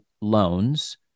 loans